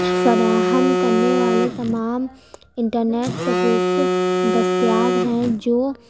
فراہم کرنے والے تمام انٹرنیٹ سروس دستیاب ہیں جو